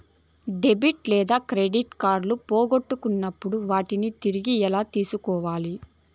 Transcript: debit లేదా credit కార్డులు పోగొట్టుకున్నప్పుడు వాటిని తిరిగి ఎలా తీసుకోవాలి